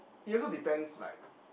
it also depends like